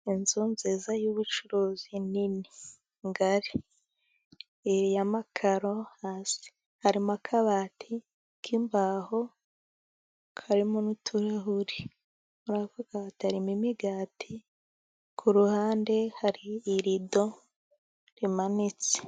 Inzu nziza y'ubucuruzi nini, ngari. Ni iy'amakaro hasi. Harimo akabati k'imbaho, karimo n'uturahuri. Muri ako kabati harimo imigati, ku ruhande hari iri irido, rimanitse.